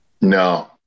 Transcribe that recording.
No